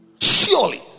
Surely